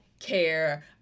care